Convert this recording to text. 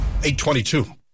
822